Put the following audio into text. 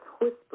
whisper